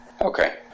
okay